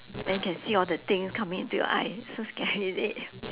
then can see all the thing coming into your eye so scary is it